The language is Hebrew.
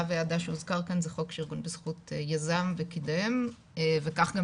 והעדה שהוזכר כאן זה חוק שארגון בזכות יזם וקידם וכך גם